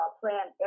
plan